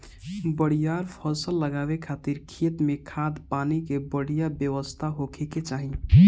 बरियार फसल लगावे खातिर खेत में खाद, पानी के बढ़िया व्यवस्था होखे के चाही